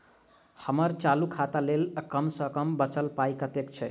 हम्मर चालू खाता लेल कम सँ कम बचल पाइ कतेक छै?